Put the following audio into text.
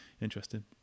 interesting